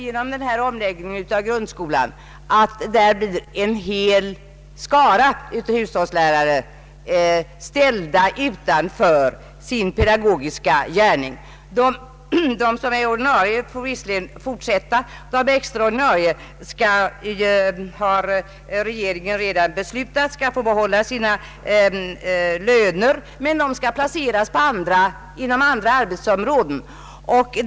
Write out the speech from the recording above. Efter omläggningen av grundskolan har det visat sig att en skara hushållslärare blir s.k. friställda. De som är ordinarie får fortsätta inom skolan. De extra ordinarie har regeringen beslutat skall få behålla sina löner men placeras inom andra närliggande arbetsområden.